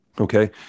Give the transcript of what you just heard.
Okay